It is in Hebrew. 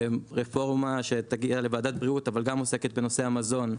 רפורמה שתגיע לוועדת בריאות אבל גם עוסקת בנושא המזון,